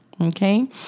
Okay